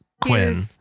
Quinn